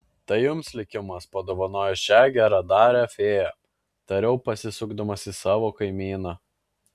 tai jums likimas padovanojo šią geradarę fėją tariau pasisukdamas į savo kaimyną